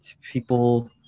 people